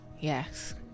Yes